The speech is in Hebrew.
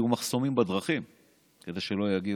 היו מחסומים בדרכים כדי שלא יגיעו.